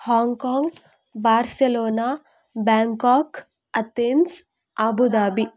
Hong Kong Barcelona Bangkok Athens Abu Dhabi